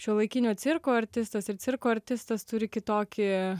šiuolaikinio cirko artistas ir cirko artistas turi kitokį